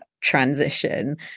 transition